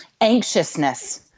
anxiousness